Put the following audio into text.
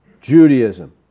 Judaism